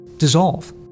dissolve